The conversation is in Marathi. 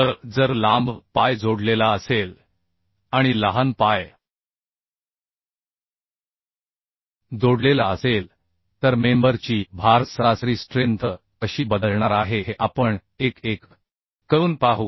तर जर लांब पाय जोडलेला असेल आणि लहान पाय जोडलेला असेल तर मेंबर ची भार सरासरी स्ट्रेंथ कशी बदलणार आहे हे आपण एक एक करून पाहू